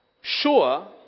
sure